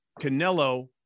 Canelo